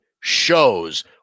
shows